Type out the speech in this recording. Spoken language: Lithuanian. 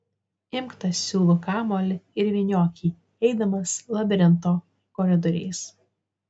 imk tą siūlų kamuolį ir vyniok jį eidamas labirinto koridoriais